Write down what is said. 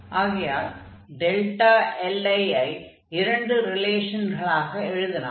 ஆகையால் li ஐ இரண்டு ரிலேஷன்களாக எழுதலாம்